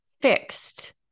fixed